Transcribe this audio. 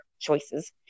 choices